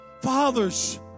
Fathers